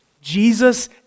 Jesus